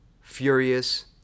Furious